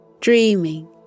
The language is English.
dreaming